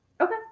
Okay